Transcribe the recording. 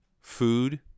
food